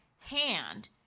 hand